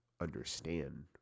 understand